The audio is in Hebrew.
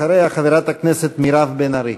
אחריה, חברת הכנסת מירב בן ארי.